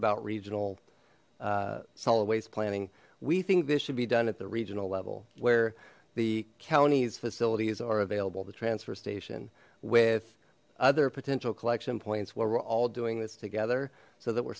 about regional solid waste planning we think this should be done at the regional level where the county's facilities are available the transfer station with other potential collection points what we're all doing this together so that we're